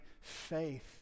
faith